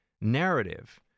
narrative